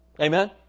Amen